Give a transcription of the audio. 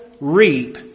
reap